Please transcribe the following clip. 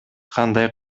кандай